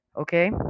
Okay